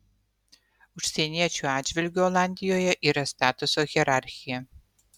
užsieniečių atžvilgiu olandijoje yra statuso hierarchija